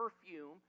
perfume